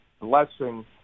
blessing